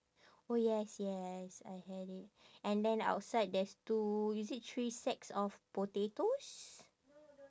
oh yes yes I had it and then outside there's two is it three sacks of potatoes